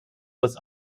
was